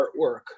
artwork